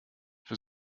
für